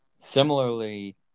similarly